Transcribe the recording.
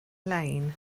lane